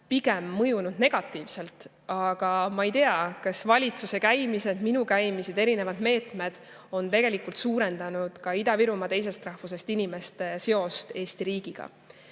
pigem mõjunud negatiivselt, aga ma ei tea, kas valitsuse käimised, minu käimised või erinevad meetmed on tegelikult suurendanud ka Ida-Virumaa teisest rahvusest inimeste seost Eesti riigiga.